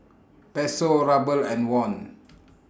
Peso Ruble and Won